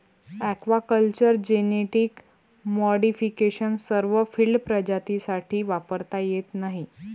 aquaculture genetic modification सर्व field प्रजातींसाठी वापरता येत नाही